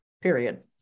period